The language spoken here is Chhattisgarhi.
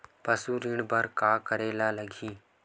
पशु ऋण बर का करे ला लगही?